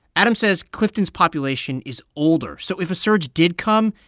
adam says clifton's population is older, so if a surge did come,